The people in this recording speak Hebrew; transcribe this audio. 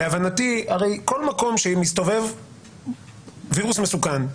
להבנתי הרי כל מקום שמסתובב וירוס מסוכן,